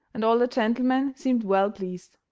and all the gentlemen seemed well pleased.